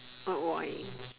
oh why